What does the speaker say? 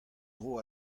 dro